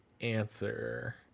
answer